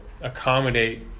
accommodate